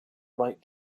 right